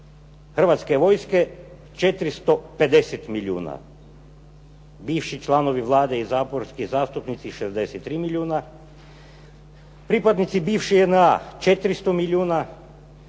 Hrvatske vojske 450 milijuna, bivši članovi Vlade i saborski zastupnici 63 milijuna, pripadnici bivše JNA 400 milijuna,